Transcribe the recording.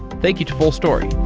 thank you to fullstory